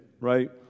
right